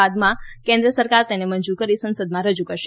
બાદમાં કેન્દ્ર સરકાર તેને મંજુર કરી સંસદમાં રજુ કરશે